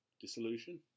dissolution